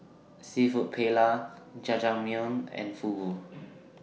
Seafood Paella Jajangmyeon and Fugu